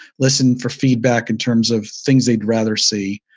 listen for feedback in terms of things they'd rather see.